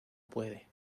puede